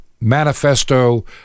manifesto